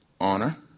honor